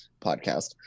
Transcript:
podcast